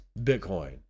Bitcoin